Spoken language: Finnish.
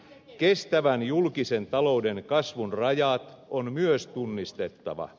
kestävän julkisen talouden kasvun rajat on myös tunnistettava